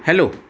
hello